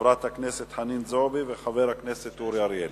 חברת הכנסת חנין זועבי וחבר הכנסת אורי אריאל.